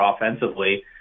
offensively